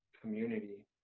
community